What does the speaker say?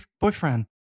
boyfriend